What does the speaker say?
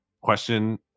Question